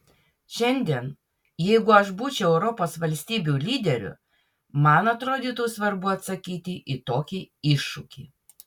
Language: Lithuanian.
šiandien jeigu aš būčiau europos valstybių lyderiu man atrodytų svarbu atsakyti į tokį iššūkį